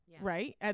Right